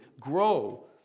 grow